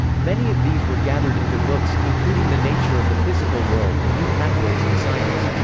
many of these were gathered into books, including the nature of the physical world and new pathways in science.